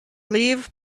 leave